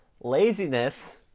Laziness